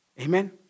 Amen